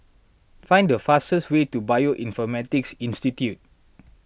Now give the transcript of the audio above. find the fastest way to Bioinformatics Institute